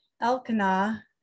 Elkanah